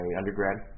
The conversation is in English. undergrad